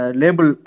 label